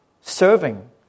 Serving